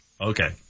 Okay